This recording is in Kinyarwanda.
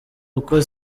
uko